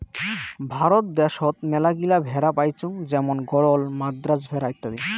ভারত দ্যাশোত মেলাগিলা ভেড়া পাইচুঙ যেমন গরল, মাদ্রাজ ভেড়া ইত্যাদি